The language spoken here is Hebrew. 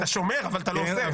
אתה שומר, אבל אתה לא עושה.